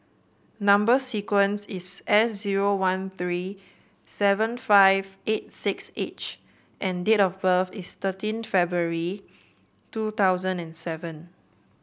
number sequence is S zero one three seven five eight six H and date of birth is thirteen February two thousand and seven